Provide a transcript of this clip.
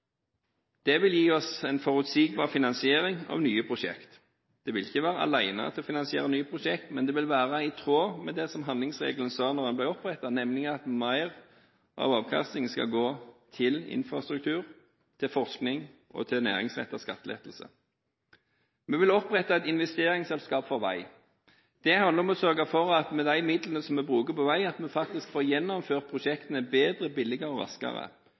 Det vil gi oss en forutsigbar finansiering av nye prosjekter. Det vil ikke alene finansiere nye prosjekter, men det vil være i tråd med det handlingsregelen omtalte da den ble opprettet, nemlig at mer av avkastningen skal gå til infrastruktur, til forskning og til næringsrettede skattelettelser. Vi vil opprette et investeringsselskap for vei. Det handler om å sørge for at vi med de midlene som vi bruker på vei, faktisk får gjennomført prosjektene bedre, billigere og raskere,